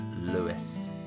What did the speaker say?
Lewis